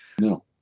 No